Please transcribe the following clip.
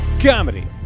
Comedy